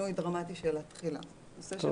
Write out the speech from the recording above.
דרמטי של הנושא של התחילה,